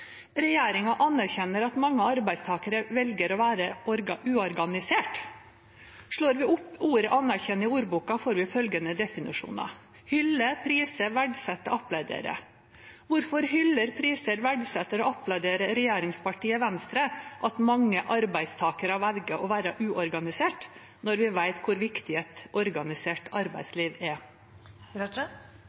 anerkjenner at mange arbeidstakere velger å være uorganisert.» Slår vi opp ordet «anerkjenne» i ordboka, finner vi følgende definisjoner: «hylle, prise, verdsette, applaudere». Hvorfor hyller, priser, verdsetter og applauderer regjeringspartiet Venstre at mange arbeidstakere velger å være uorganisert, når vi vet hvor viktig et organisert arbeidsliv